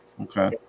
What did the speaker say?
okay